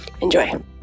Enjoy